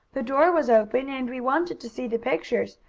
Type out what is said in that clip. the door was open, and we wanted to see the pictures,